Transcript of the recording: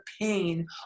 pain